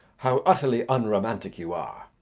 how utterly unromantic you are!